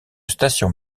station